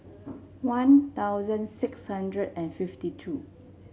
One Thousand six hundred and fifty two